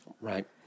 Right